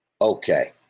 Okay